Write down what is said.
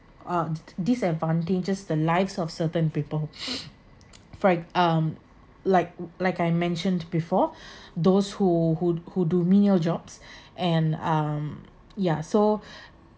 uh disadvantages the lives of certain people for ex~ um like like I mentioned before those who who who do menial jobs and um yeah so